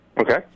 Okay